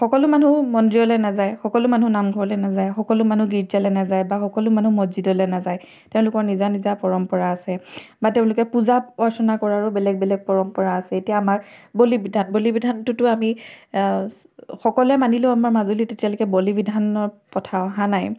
সকলো মানুহ মন্দিৰলৈ নাযায় সকলো মানুহ নামঘৰলৈ নাযায় সকলো মানুহ গীৰ্জালৈ নাযায় বা সকলো মানুহ মছজিদলৈ নাযায় তেওঁলোকৰ নিজা নিজা পৰম্পৰা আছে বা তেওঁলোকে পূজা অৰ্চনা কৰাৰো বেলেগ বেলেগ পৰম্পৰা আছে এতিয়া আমাৰ বলি বিধান বলি বিধানটোতো আমি সকলোৱে মানিলেও আমাৰ মাজুলীত এতিয়ালৈকে বলি বিধানৰ প্ৰথা অহা নাই